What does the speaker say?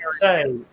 say